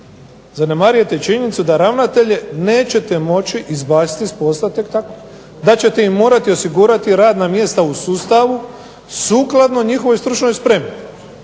zanemarujete činjenicu da ravnatelje nećete moći izbaciti s posla tek tako. Da ćete im morati osigurati radna mjesta u sustavu sukladno njihovoj stručnoj spremi.